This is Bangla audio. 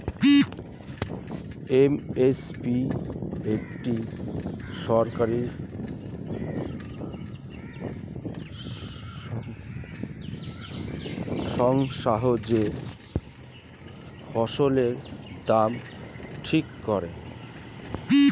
এম এস পি একটি সরকারি সংস্থা যে ফসলের দাম ঠিক করে